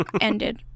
ended